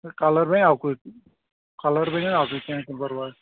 colour بنہِ اکُے colour بَنہِ اکُے کیٚنٛہہ چھُنہٕ پَرواے